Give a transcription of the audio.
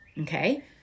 okay